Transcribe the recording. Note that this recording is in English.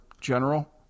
general